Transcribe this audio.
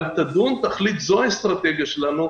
אבל תדון ותחליט: זו האסטרטגיה שלנו,